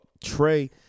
Trey